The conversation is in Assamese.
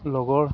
লগৰ